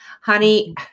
Honey